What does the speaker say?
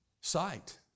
sight